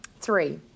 Three